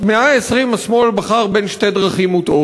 במאה ה-20 השמאל בחר בין שתי דרכים מוטעות: